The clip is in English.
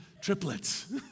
Triplets